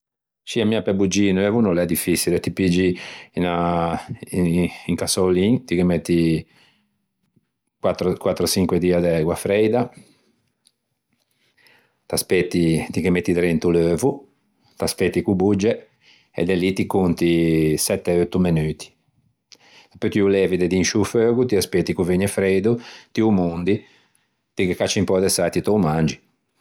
Scì, mia pe boggî un euvo no l'é diffiçile. Ti piggi un cassoulin, ti ghe metti quattro ò çinque die de ægua freida, t'aspeti, ti ghe metti drento l'euvo, t'aspeti ch'o bogge e de lì t'aspeti sette ò eutto menuti. Dapeu ti o levi de d'in sciô feugo, t'aspeti ch'o vëgne freido, ti ô mondi, ti ghe cacci un pö de sâ e ti te ô mangi.